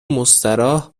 مستراح